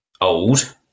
old